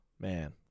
man